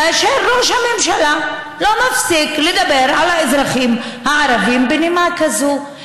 כאשר ראש הממשלה לא מפסיק לדבר על האזרחים הערבים בנימה כזאת,